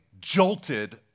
jolted